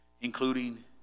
including